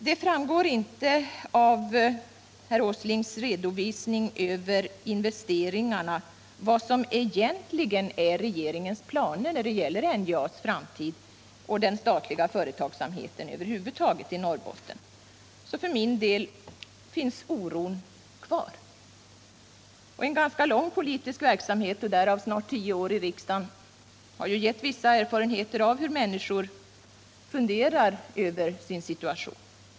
Det framgår inte av Nils Åslings redovisning över investeringarna vilka regeringens planer egentligen är beträffande NJA:s framtid och den statliga företagsamheten över huvud taget i Norrbotten. För min del finns därför oron kvar. En ganska lång politisk verksamhet, därav snart tio år i riksdagen, har givit mig vissa erfarenheter av hur människor funderar över sin situation.